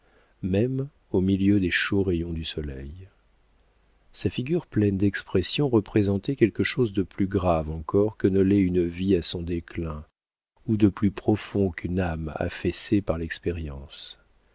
même au milieu des chauds rayons du soleil sa figure pleine d'expression représentait quelque chose de plus grave encore que ne l'est une vie à son déclin ou de plus profond qu'une âme affaissée par l'expérience